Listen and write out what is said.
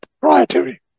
proprietary